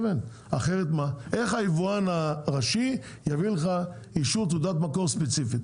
איך היבואן הראשי יביא אישור תעודת מקור ספציפית?